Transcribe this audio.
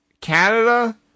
Canada